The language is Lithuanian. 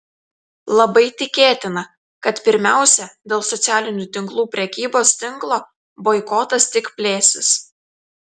labai tikėtina kad pirmiausia dėl socialinių tinklų prekybos tinklo boikotas tik plėsis